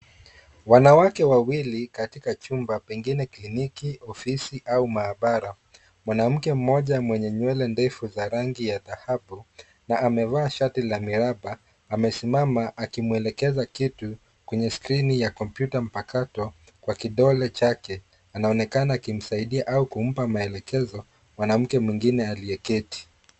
Wanawake wawili katika chumba, pengine kliniki, ofisi au maabara. Mwanamke mmoja mwenye nywele ndefu za rangi ya dhahabu na amevaa shati la miraba, amesimama akimwelekeza kitu kwenye skrini ya kompyuta mpakato kwa kidole chake. Anaonekana akimsaidia au kumpa maelekezo mwanamke mwingine aliyeketi.